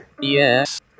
Yes